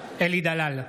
אלי דלל,